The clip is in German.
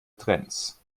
trends